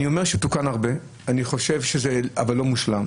אני אומר שתוקן הרבה אבל זה לא מושלם,